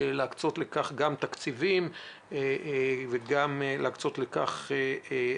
להקצות לכך גם תקציבים וגם הסברה.